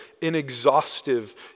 inexhaustive